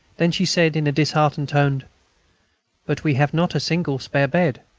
then she said, in a disheartened tone but we have not a single spare bed.